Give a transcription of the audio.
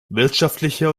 wirtschaftlicher